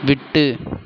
விட்டு